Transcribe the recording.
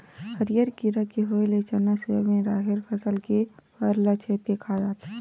हरियर कीरा के होय ले चना, सोयाबिन, राहेर फसल के फर ल छेंद के खा जाथे